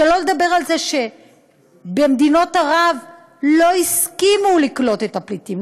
שלא לדבר על זה שבמדינות ערב לא הסכימו לקלוט את הפליטים,